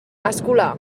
escolà